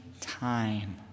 time